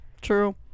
True